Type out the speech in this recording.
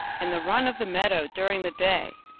and the run of the meadow during the day,